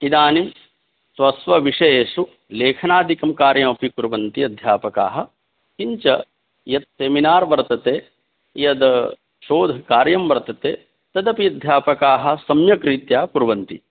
इदानीं स्वस्वविषयेषु लेखनादिकं कार्यमपि कुर्वन्ति अध्यापकाः किञ्च यत् सेमिनार् वर्तते यद् शोधकार्यं वर्तते तदपि अध्यापकाः सम्यग्रीत्या कुर्वन्ति